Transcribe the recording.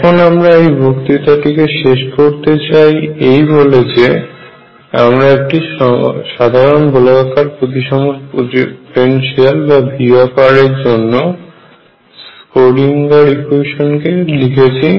এখন আমরা এই বক্তৃতাটিকে শেষ করতে চাই এই বলে যে আমরা একটি সাধারন গোলাকার প্রতিসম পোটেনশিয়াল V এর জন্য স্ক্রোডিঙ্গার ইকুয়েশান Schrödinger equation কে লিখেছি